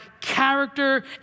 character